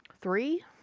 three